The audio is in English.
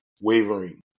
wavering